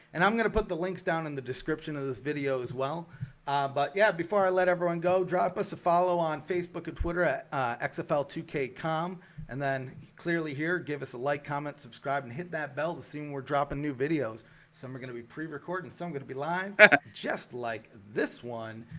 and i'm gonna put the links down in the description of this video as well but yeah before i let everyone go drop us a follow on facebook and twitter at xfl to k calm and then clearly here give us a like comment subscribe and hit that bell to see more drop in new videos some are gonna be pre recording so i'm gonna be live just like this one.